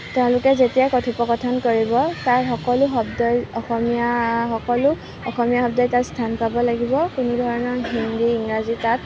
তেওঁলোকে যেতিয়া কথোপকথন কৰিব তাৰ সকলো শব্দই অসমীয়া সকলো অসমীয়া শব্দই তাত স্থান পাব লাগিব কোনো ধৰণৰ হিন্দী ইংৰাজী তাত